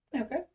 Okay